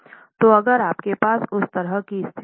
तो अगर आपके पास उस तरह की स्थिति है